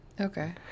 Okay